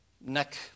neck